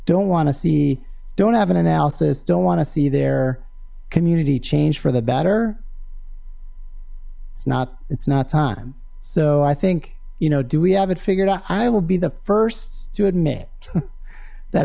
don't want to see don't have an analysis don't want to see their community change for the better it's not it's not time so i think you know do we have it figure i will be the first to admit that